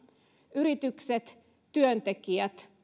yritykset työntekijät